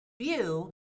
View